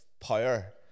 power